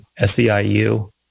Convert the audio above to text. SEIU